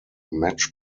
match